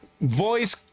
voice